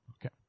Okay